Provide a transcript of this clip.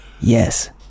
Yes